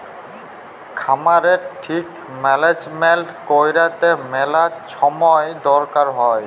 খামারের ঠিক ম্যালেজমেল্ট ক্যইরতে ম্যালা ছময় দরকার হ্যয়